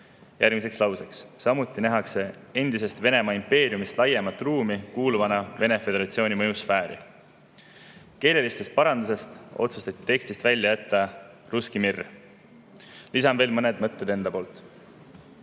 asemel lause "Samuti nähakse endisest Venemaa impeeriumist laiemat ruumi kuuluvana Venemaa Föderatsiooni mõjusfääri". Keelelise parandusena otsustati tekstist välja jättaRusski Mir. Lisan veel mõned mõtted enda poolt.